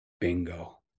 Bingo